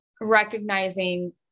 recognizing